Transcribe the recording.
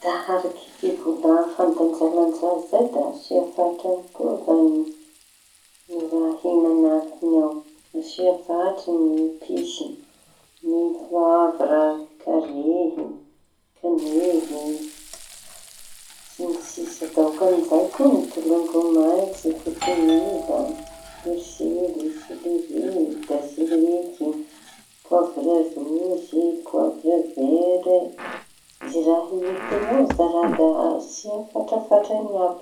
Da araky fivolaña fandanjalanja zay da asia fatrañy koa zany ny raha ahia añatiñy ao. Asia fatra ny episy ny poavra, kariy na kañely sy ny sisa. Da okañizay koa ny tolongo metso, kotomila, persily, selery, baziliky, poavra rozy, poavra vera. Izay raha ahia teña ao aza raha da asia fatrafatrañy aby.